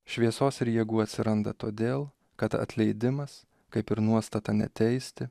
šviesos ir jėgų atsiranda todėl kad atleidimas kaip ir nuostata neteisti